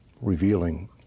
revealing